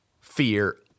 fear